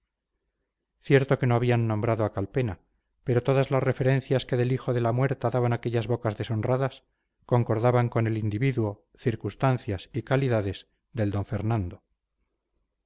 cierto que no habían nombrado a calpena pero todas las referencias que del hijo de la muerta daban aquellas bocas deshonradas concordaban con el individuo circunstancias y calidades del d fernando